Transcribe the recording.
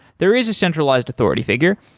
there is a centralized authority figure.